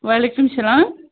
وعلیکُم سَلام